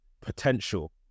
potential